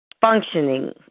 functioning